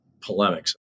polemics